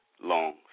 long